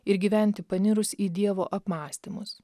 ir gyventi panirus į dievo apmąstymus